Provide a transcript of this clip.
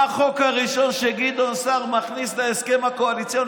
מה החוק הראשון שגדעון סער מכניס להסכם הקואליציוני?